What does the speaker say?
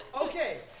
Okay